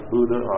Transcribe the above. Buddha